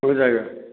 हो जाएगा